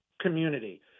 community